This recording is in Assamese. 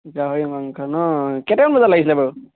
গাহৰি মাংস নহ্ কেইটামান বজাত লাগিছিলে বাৰু